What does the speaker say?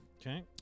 Okay